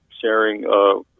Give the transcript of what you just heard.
sharing